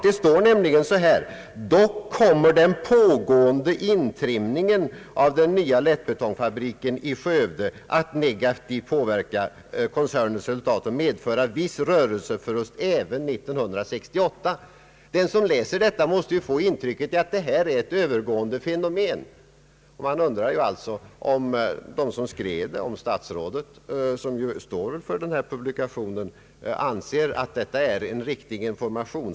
Det står nämligen så här: »Dock kommer den pågående intrimningen av den nya lättbetongfabriken i Skövde att negativt påverka koncernens resultat och medföra viss rörelseförlust även 1968.» Den som läser detta måste få intrycket att det är ett övergående fenomen, och man undrar alltså om statsrådet, som ju står för denna publikation, anser att det är en riktig information.